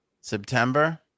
September